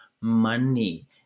money